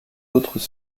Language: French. autres